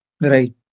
right